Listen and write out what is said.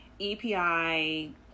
EPI